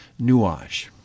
Nuage